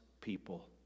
people